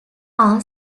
are